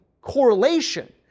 correlation